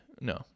no